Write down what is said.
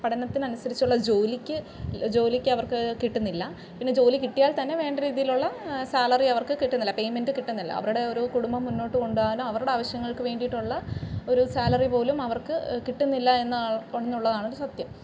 പഠനത്തിന് അനുസരിച്ചുള്ള ജോലിക്ക് ജോലിക്ക് അവർക്ക് കിട്ടുന്നില്ല പിന്നെ ജോലി കിട്ടിയാൽ തന്നെ വേണ്ട രീതിയിലുള്ള സാലറി അവർക്ക് കിട്ടുന്നില്ല പെയ്മെൻ്റ് കിട്ടുന്നില്ല അവരുടെ ഒരു കുടുംബം മുന്നോട്ട് കൊണ്ടു പോവാനോ അവരുടെ ആവശ്യങ്ങൾക്ക് വേണ്ടിയിട്ടുള്ള ഒരു സാലറി പോലും അവർക്ക് കിട്ടുന്നില്ല എന്നുള്ളതാണ് ഒരു സത്യം